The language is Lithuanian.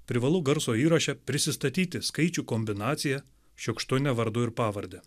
privalu garso įraše prisistatyti skaičių kombinacija šiukštu ne vardu ir pavarde